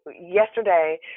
yesterday